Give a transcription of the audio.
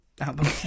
album